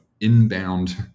inbound